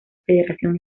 federación